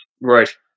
Right